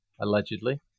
allegedly